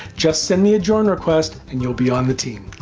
just send me a join request and you'll be on the team!